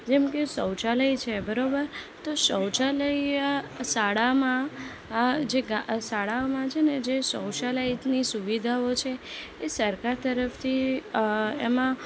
જેમ કે શૌચાલય છે બરાબર તો શૌચાલય શાળામાં શાળાઓમાં છે ને જે શૌચાલયની સુવિધાઓ છે એ સરકાર તરફથી એમાં